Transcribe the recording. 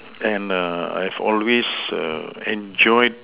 and err I've always err enjoyed